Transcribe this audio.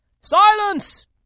Silence